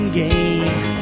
game